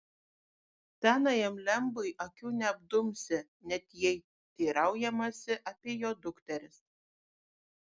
senajam lembui akių neapdumsi net jei teiraujamasi apie jo dukteris